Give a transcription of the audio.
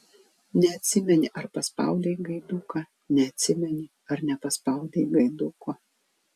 neatsimeni ar paspaudei gaiduką neatsimeni ar nepaspaudei gaiduko